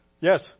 Yes